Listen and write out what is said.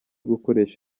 gukoresha